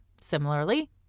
Similarly